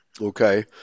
okay